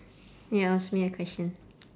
ya ask me a question